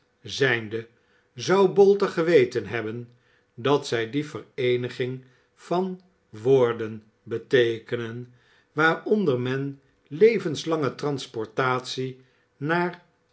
zijnde zou bolter geweten hebben dat zij die vereeniging van woorden beteekenen waaronder men levenslange transportatie naar